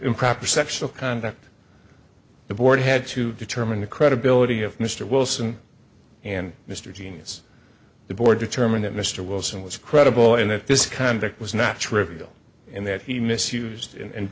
improper sexual conduct the board had to determine the credibility of mr wilson and mr genius the board determined that mr wilson was credible and that this conduct was not trivial and that he misused and